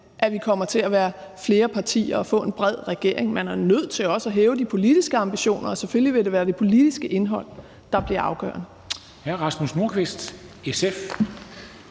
at vi kommer til at være flere partier og få en bred regering. Man er nødt til også at hæve de politiske ambitioner, og selvfølgelig vil det være det politiske indhold, der bliver afgørende.